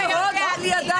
עזבתי בטריקת דלת.